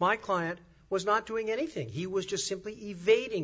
my client was not doing anything he was just simply evading